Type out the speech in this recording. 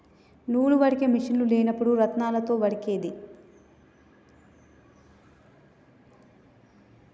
నూలు వడికే మిషిన్లు లేనప్పుడు రాత్నాలతో వడికేది